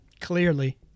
Clearly